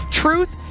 truth